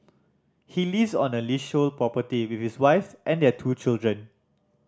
he lives on the leasehold property with his wife and their two children